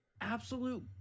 Absolute